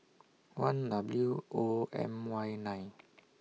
one W O M Y nine